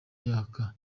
yaka